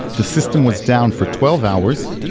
the system was down for twelve hours.